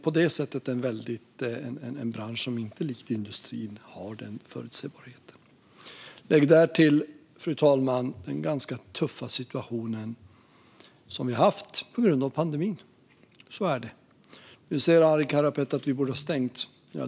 På så vis har den här branschen inte samma förutsägbarhet som industrin. Lägg därtill, fru talman, den tuffa situation som vi har haft på grund av pandemin. Nu säger Arin Karapet att vi borde ha stängt ned.